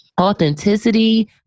authenticity